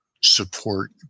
support